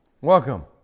Welcome